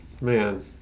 man